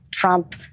Trump